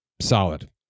solid